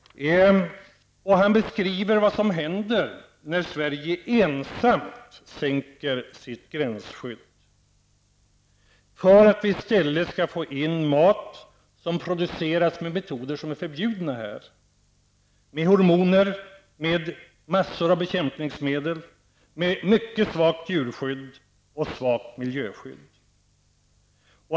Han beskriver sedan vad som händer när Sverige ensamt sänker sitt gränsskydd för att vi i stället skall få in mat som produceras med metoder som är förbjudna här, med hormoner, med massor av bekämpningsmedel, med mycket svagt djurskydd och med svagt miljöskydd.